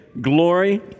Glory